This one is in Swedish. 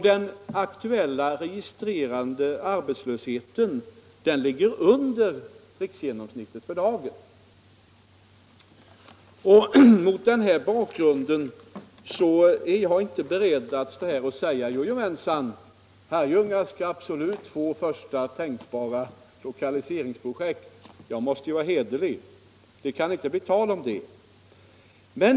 Den aktuella registrerade arbetslösheten ligger för dagen under riksgenomsnittet. Mot denna bakgrund är jag inte beredd att säga: Jojomänsan, Herrljunga skall absolut få första tänkbara lokaliseringsprojekt. Jag måste vara hederlig. Det kan inte bli tal om det.